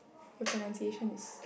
your pronunciation is